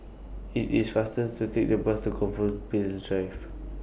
IT IS faster to Take The Bus to Compassvale Drive